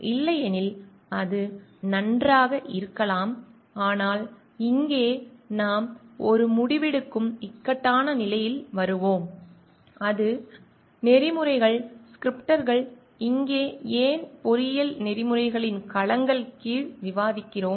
இல்லையெனில் அது நன்றாக இருக்கலாம் ஆனால் இங்கே நாம் ஒரு முடிவெடுக்கும் இக்கட்டான நிலைக்கு வருவோம் அங்கு நெறிமுறைகள் ஸ்கிரிப்ட்கள் இங்கே ஏன் பொறியியல் நெறிமுறைகளின் களங்களின் கீழ் விவாதிக்கிறோம்